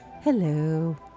Hello